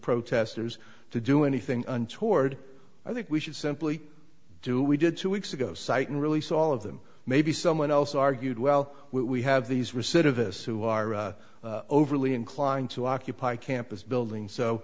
protesters to do anything untoward i think we should simply do we did two weeks ago cite and release all of them maybe someone else argued well we have these recidivists who are overly inclined to occupy campus buildings so